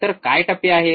तर काय टप्पे आहेत